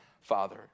Father